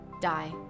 die